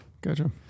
Gotcha